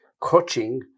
coaching